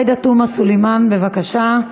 חברת הכנסת עאידה תומא סלימאן, בבקשה,